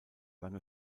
lange